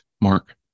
mark